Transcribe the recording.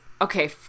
okay